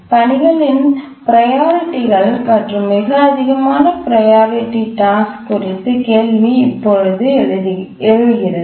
பணிகளின் ப்ரையாரிட்டி கள் மற்றும் மிக அதிகமான ப்ரையாரிட்டி டாஸ்க் குறித்து கேள்வி இப்பொழுது எழுகிறது